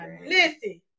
Listen